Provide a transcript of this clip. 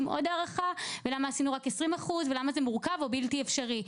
עוד הארכה ולמה עשינו רק 20% ולמה זה מורכב או בלתי אפשרי.